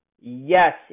Yes